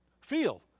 feel